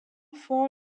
four